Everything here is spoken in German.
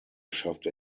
schaffte